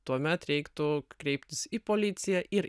tuomet reiktų kreiptis į policiją ir